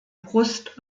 brust